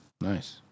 Nice